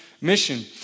mission